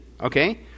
okay